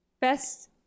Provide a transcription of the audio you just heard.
best